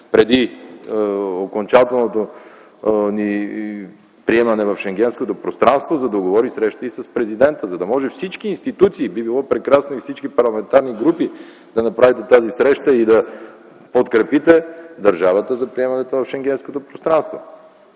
преди окончателното ни приемане в Шенгенското пространство, за да уговори срещи и с президента, за да може всички институции и би било прекрасно всички парламентарни групи да направите тази среща и подкрепите държавата за приемането в Шенгенското пространство.